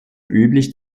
üblich